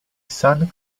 san